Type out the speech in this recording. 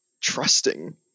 trusting